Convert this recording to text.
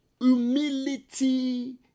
humility